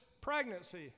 pregnancy